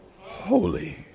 Holy